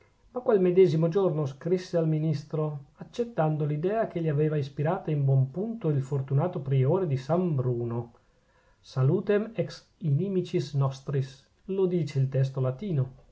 ma quel medesimo giorno scrisse al ministro accettando l'idea che gli aveva ispirata in buon punto il fortunato priore di san bruno salutem ex inimicis nostris lo dice il testo latino